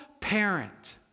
parent